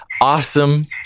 awesome